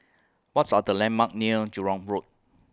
What's Are The landmarks near Jurong Road